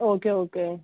okay okay